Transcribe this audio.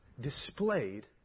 displayed